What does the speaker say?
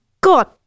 god